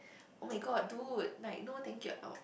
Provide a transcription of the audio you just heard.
oh-my-god dude like no thank you uh